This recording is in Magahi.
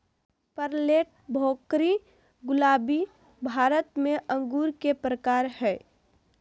पर्लेट, भोकरी, गुलाबी भारत में अंगूर के प्रकार हय